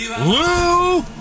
Lou